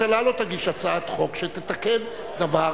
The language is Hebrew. למה הממשלה לא תגיש הצעת חוק שתתקן דבר,